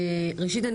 ראשית,